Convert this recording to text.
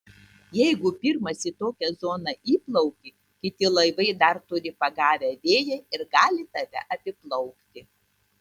jeigu pirmas į tokią zoną įplauki kiti laivai dar turi pagavę vėją ir gali tave apiplaukti